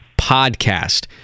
podcast